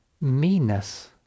meanness